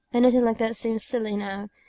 anything like that seems silly now.